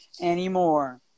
anymore